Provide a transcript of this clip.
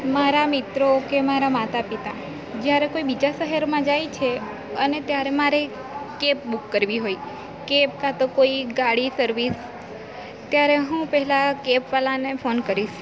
મારા મિત્રો કે મારા માતા પિતા જ્યારે કોઈ બીજા શહેરમાં જાય છે અને ત્યારે મારે કેબ બુક કરવી હોય કે બ કાંતો કોઈ ગાડી સર્વિસ ત્યારે હું પહેલાં કેબવાળાને ફોન કરીશ